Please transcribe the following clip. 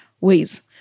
ways